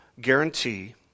guarantee